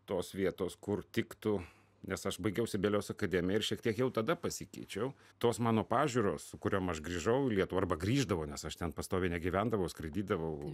tos vietos kur tiktų nes aš baigiau sibelijaus akademiją ir šiek tiek jau tada pasikeičiau tos mano pažiūros su kuriom aš grįžau į lietuvą arba grįždavau nes aš ten pastoviai negyvendavau skraidydavau